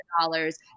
dollars